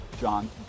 John